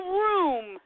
room